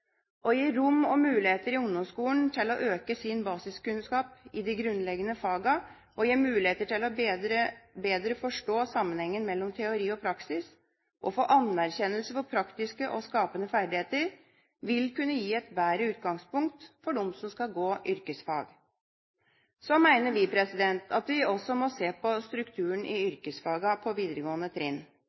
Å gi rom og muligheter i ungdomsskolen til å øke sin basiskunnskap i de grunnleggende fagene, å gi muligheter til bedre å forstå sammenhengen mellom teori og praksis og å få anerkjennelse for praktiske og skapende ferdigheter vil kunne gi et bedre utgangspunkt for dem som skal gå yrkesfag. Så mener vi at vi også må se på strukturen i yrkesfagene på videregående trinn.